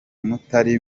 mutari